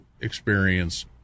experience